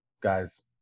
guys